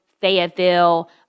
fayetteville